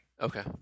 Okay